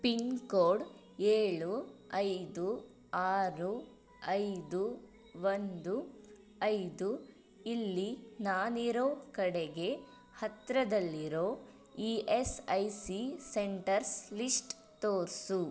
pin code ಏಳು ಐದು ಆರು ಐದು ಒಂದು ಐದು ಇಲ್ಲಿ ನಾನಿರೋ ಕಡೆಗೆ ಹತ್ರದಲ್ಲಿರೋ E S I C centres list ತೋರಿಸು